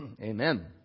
Amen